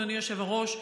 אדוני היושב-ראש,